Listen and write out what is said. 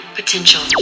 potential